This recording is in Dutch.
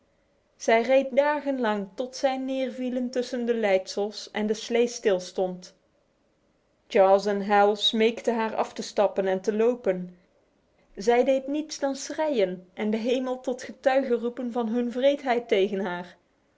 zij reed dagenlang tot zij neervielen tussen de leidsels en de slee stilstond charles en hal smeekten haar af te stappen en te lopen zij deed niets dan schreien en de hemel tot getuige roepen van hun wreedheid tegen haar